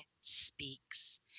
speaks